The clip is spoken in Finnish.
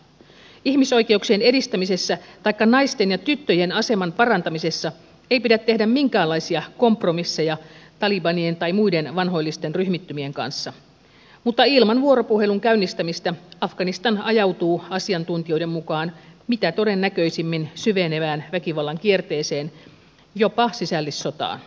ihmisoikeuksien edistämisessä taikka naisten ja tyttöjen aseman parantamisessa ei pidä tehdä minkäänlaisia kompromisseja talibanien tai muiden vanhoillisten ryhmittymien kanssa mutta ilman vuoropuhelun käynnistämistä afganistan ajautuu asiantuntijoiden mukaan mitä todennäköisimmin syvenevään väkivallan kierteeseen jopa sisällissotaan